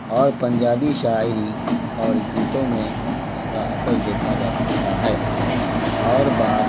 اور پنجابی شاعری اور گیتوں میں اس کا اثر دیکھا جا سکتا ہے اور بات